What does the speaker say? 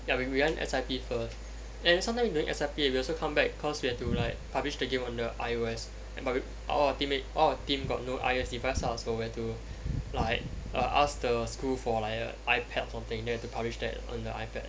ya we we went S_I_P first then sometimes during S_I_P we also come back cause we had to like publish the game under I_O_S and but we all our teammate all our team got no I_O_S device lah so we had to like ask the school for like a ipad or something then we had to publish that on the ipad